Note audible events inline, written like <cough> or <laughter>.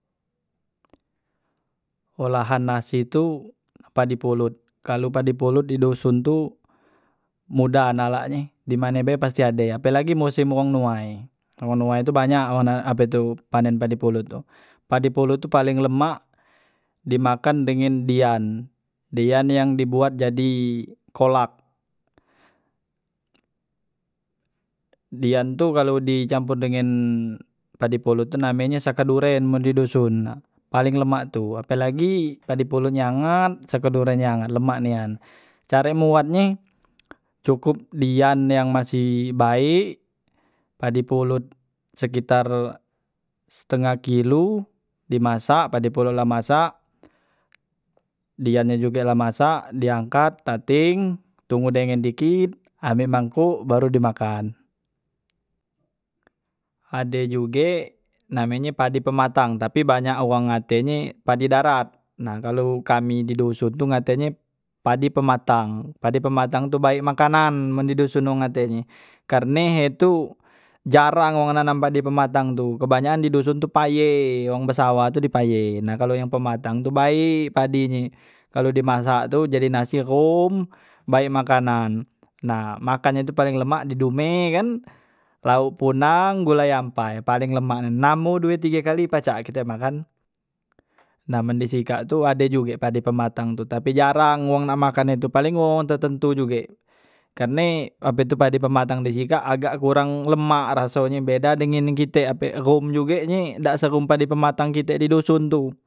Olahan nasi tu pa di polot kalu pa di polot di duson tu muda nalak nye dimane be paste ade apelagi musim wong nuai wong nuai tu banyak apetu panen padi polot tu, padi polot tu paling lemak di makan dengan dian, dian yang di buat jadi kolak, dian tu kalu di campur dengen padi polot namenye saka duren men di duson paling lemak tu apelagi padi polot nye angat saka duren nye angat lemak nian, care mbuat nye cukup dian yang masih baek padi polot sekitar setengah kilo di masak, padi polot la masak, dian nye juge la masak di angkat tating tunggu dengen dikit ambek mangkuk baru di makan, ade juge namenye padi pematang tapi banyak wang ngate e padi darat nah kalu kami di duson tu ngate nye padi pematang, padi pematang tu baek makanan men di duson wong ngate nye karne he tu jarang wong nanam padi pematang tu kebanyakan di duson tu paye wong be sawah tu di paye nah kalo yang pematang tu baek padi nye kalu di masak tu jadi nasi ghom baek makanan nah makan nye tu paling lemak di dumeh kan lauk punang gulai ampai paling lemak nian nambo due tige kali pacak kite makan, na man di sikak tu ade juge padi pematang tu tapi jarang wong nak makan he tu paling wong wong tetentu juge karne apetu padi pematang di sikak agak kurang lemak rasonye beda dengen yang kite ape ghom juge nyi dak se rumpah <unintelligible> di pematang kite di duson tu.